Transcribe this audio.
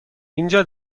اینجا